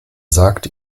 sagte